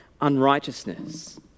unrighteousness